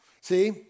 see